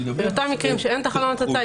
באותם מקרים שאין חלון הצצה,